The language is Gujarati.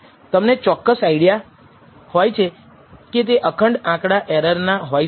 તમને ચોક્કસ આઈડિયા હોય છે કે તે અખંડ આંકડા એરર ના હોઈ શકે